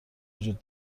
وجود